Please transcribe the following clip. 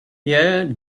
yeah